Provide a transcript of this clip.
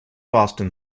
boston